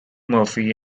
murphy